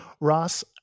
Ross